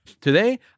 Today